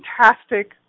fantastic